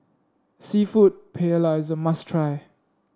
seafood Paella is a must try